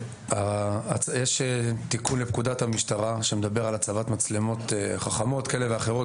יש תיקון לפקודת המשטרה שמדבר על הצבת מצלמות חכמות כאלה ואחרות,